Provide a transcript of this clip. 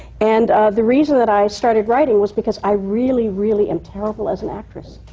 and the reason that i started writing was because i really, really am terrible as an actress.